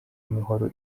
imihoro